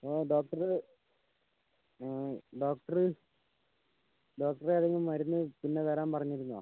doctor doctor doctor ഏതെങ്കിലും മരുന്ന് പിന്നെ വരാൻ പറഞ്ഞിരുന്നോ